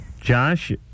Josh